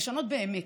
לשנות באמת,